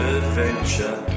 adventure